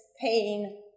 pain